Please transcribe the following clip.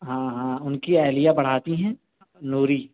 ہاں ہاں اُن کی اَہلیہ پڑھاتی ہیں نوری